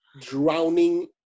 drowning